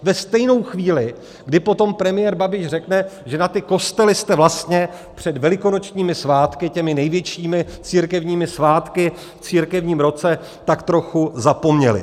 Ve stejnou chvíli, kdy potom premiér Babiš řekne, že na ty kostely jste vlastně před velikonočními svátky, těmi největšími církevními svátky v církevním roce, tak trochu zapomněli.